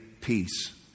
peace